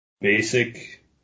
basic